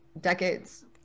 decades